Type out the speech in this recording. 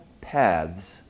paths